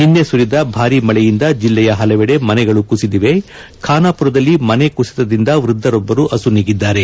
ನಿನ್ನೆ ಸುರಿದ ಭಾರೀ ಮಳೆಯಿಂದ ಜಿಲ್ಲೆಯ ಹಲವೆಡೆ ಮನೆಗಳು ಕುಸಿದಿವೆ ಖಾನಾಪುರದಲ್ಲಿ ಮನೆ ಕುಸಿತದಿಂದ ವೃದ್ದರೊಬ್ಬರು ಆಸು ನೀಗಿದ್ದಾರೆ